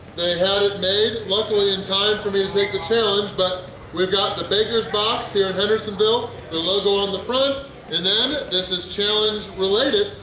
they had it made, luckily, in time for me to take the challenge! but we've got the baker's box here in hendersonville, the logo on the front and then this is challenge related,